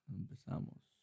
empezamos